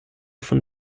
von